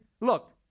look